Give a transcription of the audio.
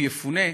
הוא יפונה,